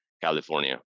california